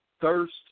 thirst